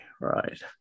Right